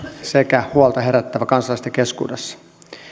sekä huolta herättävä kansalaisten keskuudessa